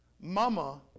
Mama